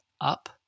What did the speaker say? up